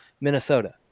Minnesota